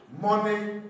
Money